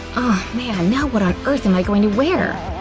man, now what on earth am i going to wear?